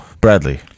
Bradley